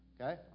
Okay